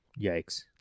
Yikes